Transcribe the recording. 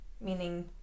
meaning